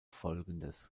folgendes